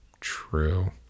True